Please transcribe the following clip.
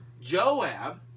Joab